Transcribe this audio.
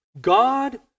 God